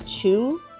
two